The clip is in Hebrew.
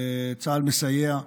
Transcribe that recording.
וצה"ל מסייע,